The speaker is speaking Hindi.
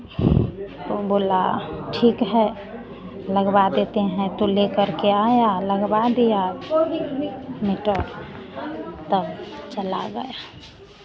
तो बोला ठीक है लगवा देते हैं तो लेकर के आया लगवा दिया मीटर तब चला गया